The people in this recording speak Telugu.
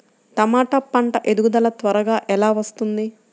టమాట పంట ఎదుగుదల త్వరగా ఎలా వస్తుంది?